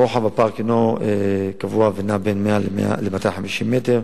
רוחב הפארק אינו קבוע ונע בין 100 מטר ל-250 מטר.